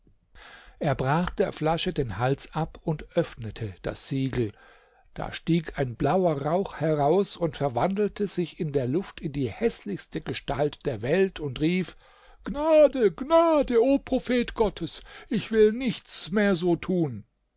er brach der flasche den hals ab und öffnete das siegel da stieg ein blauer rauch heraus und verwandelte sich in der luft in die häßlichste gestalt der welt und rief gnade gnade o prophet gottes ich will nichts mehr so tun